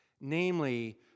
Namely